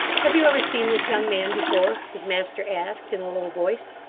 have you ever seen this young man before his master asked in a low voice.